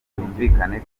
byumvikane